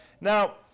now